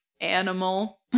animal